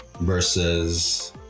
versus